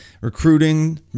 recruiting